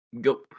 Go